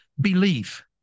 Belief